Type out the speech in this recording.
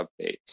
updates